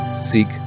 seek